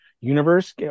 Universe